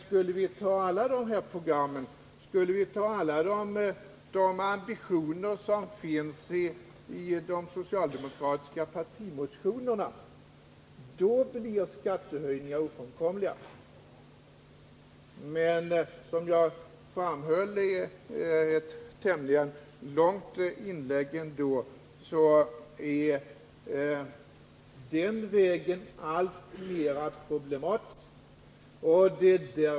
Skulle vi förverkliga alla de program och ambitioner som finns i de socialdemokratiska partimotionerna, bleve skattehöjningar ofrånkomliga. Som jag framhöll i mitt tämligen långa anförande är den vägen alltmer problematisk.